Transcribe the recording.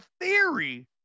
theory